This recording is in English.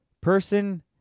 person